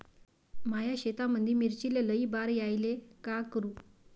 माया शेतामंदी मिर्चीले लई बार यायले का करू?